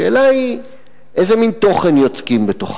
השאלה היא איזה מין תוכן יוצקים בתוכם.